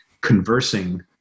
conversing